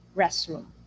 restroom